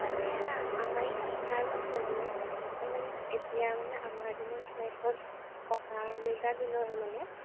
মানে আমাৰ এখন ফাৰ্ম আছে মানে ফাৰ্ম এখন মানে এতিয়া মানে আমাৰ দিনৰ নহয় এখন ককা দেউতাৰ দিনৰে মানে